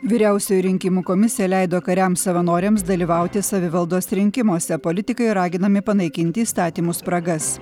vyriausioji rinkimų komisija leido kariams savanoriams dalyvauti savivaldos rinkimuose politikai raginami panaikinti įstatymų spragas